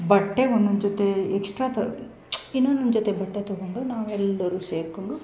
ಬಟ್ಟೆಗೆ ಒಂದೊಂದು ಜೊತೆ ಎಕ್ಸ್ಟ್ರಾ ತ ಇನ್ನೊಂದೊಂದು ಜೊತೆ ಬಟ್ಟೆ ತಗೊಂಡು ನಾವು ಎಲ್ಲರೂ ಸೇರಿಕೊಂಡು